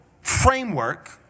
framework